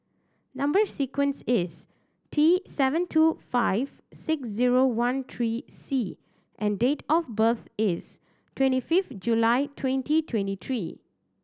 number sequence is T seven two five six zero one three C and date of birth is twenty fifth July twenty twenty three